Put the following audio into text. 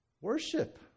Worship